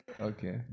Okay